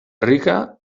rica